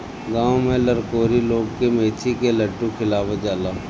गांव में लरकोरी लोग के मेथी के लड्डू खियावल जाला